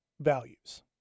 values